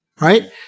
right